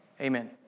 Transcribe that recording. Amen